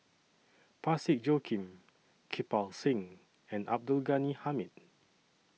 Parsick Joaquim Kirpal Singh and Abdul Ghani Hamid